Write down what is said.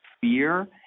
fear